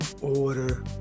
order